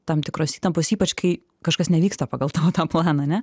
tam tikros įtampos ypač kai kažkas nevyksta pagal tavo tą planą ane